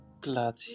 glad